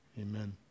Amen